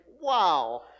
wow